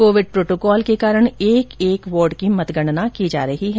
Covid protocol के कारण एक एक वार्ड की मतगणना की जा रही है